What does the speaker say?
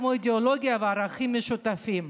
כמו אידיאולוגיה וערכים משותפים.